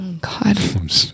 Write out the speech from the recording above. God